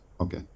Okay